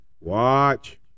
Watch